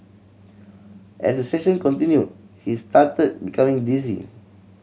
as the session continued he started becoming dizzy